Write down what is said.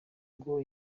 ngo